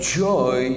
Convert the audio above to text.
joy